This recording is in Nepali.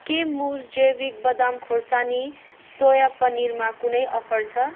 के मुज जैविक बदाम खोर्सानी सोया पनिरमा कुनै अफर छ